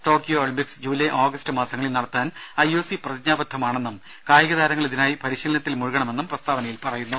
Tokyo Olympics July August മാസങ്ങളിൽ നടത്താൻ I O C പ്രതിജ്ഞാബദ്ധമാണെന്നും കായികതാരങ്ങൾ ഇതിനായി പരിശീലനത്തിൽ മുഴുകണമെന്നും പ്രസ്താവനയിൽ പറയുന്നു